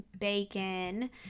bacon